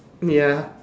ya